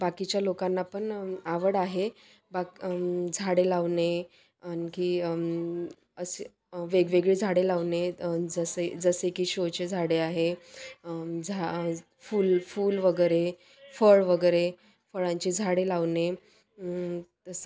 बाकीच्या लोकांना पण आवड आहे बाक झाडे लावणे आणखी असे वेगवेगळी झाडे लावणे जसे जसे की शोची झाडे आहे झा फूल फूल वगैरे फळ वगैरे फळांची झाडे लावणे तसं